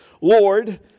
Lord